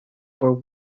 were